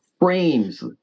frames